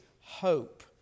hope